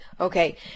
Okay